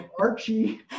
Archie